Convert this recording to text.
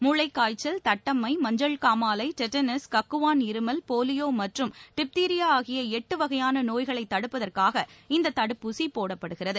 மூளைக்காய்ச்சல் தட்டம்மை மஞ்சள்காமாலை டெட்டனஸ் கக்குவான் இருமல் போலியோ மற்றும் டிப்தீரியா ஆகிய எட்டு வகையான நோய்களைத் தடுப்பதற்காக இந்த தடுப்பூசி போடப்படுகிறது